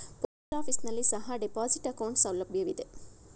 post office ನಲ್ಲಿ ಸಹ deposit account ಸೌಲಭ್ಯವಿದೆ